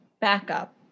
backup